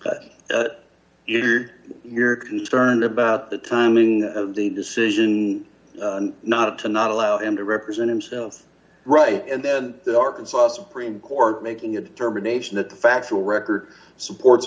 but you're concerned about the timing of the decision not to not allow him to represent himself right and then the arkansas supreme court making a determination that the factual record supports